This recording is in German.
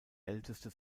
älteste